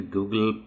Google